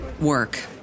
work